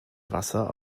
wasser